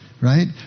right